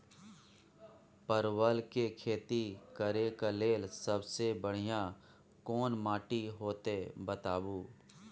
परवल के खेती करेक लैल सबसे बढ़िया कोन माटी होते बताबू?